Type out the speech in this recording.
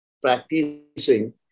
practicing